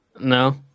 No